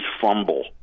fumble